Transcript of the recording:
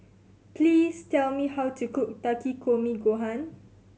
please tell me how to cook Takikomi Gohan